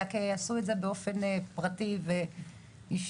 אלא שיעשו את זה באופן פרטי ואישי.